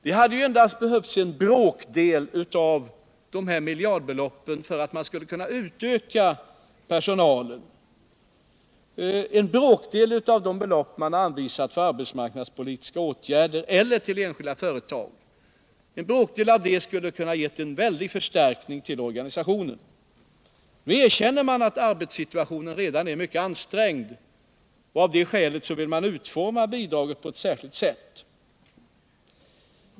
Det hade ju endast behövts en bråkdel av de här miljardbeloppen för att öka personalen på arbetsförmedlingarna. En bråkdel av de belopp som man anvisat för arbetsmarknadspolitiska åtgärder eller för enskilda företag skulle ha inneburit en väldig förstärkning av arbetsförmedlingsorganisationen. Regeringen erkänner att arbetssituationen är mycket ansträngd. Av det skälet vill man utforma bidraget på ett särskilt sätt.